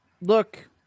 Look –